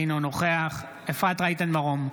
אינו נוכח אפרת רייטן מרום,